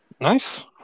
Nice